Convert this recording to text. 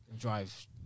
drive